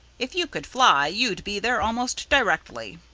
if you could fly, you'd be there almost directly!